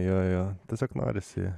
jo jo tiesiog norisi